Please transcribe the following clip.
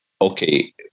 Okay